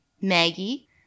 Maggie